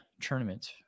tournament